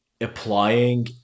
applying